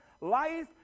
life